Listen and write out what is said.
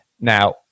Now